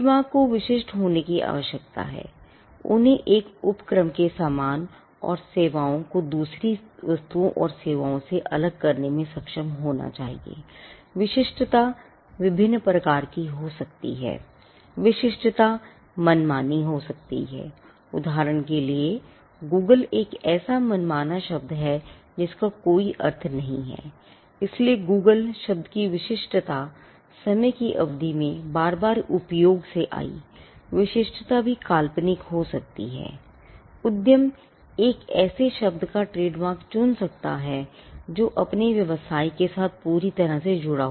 trademark को विशिष्ट होने की आवश्यकता है उन्हें एक उपक्रम चुना